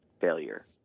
failure